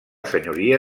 senyoria